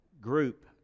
group